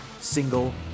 single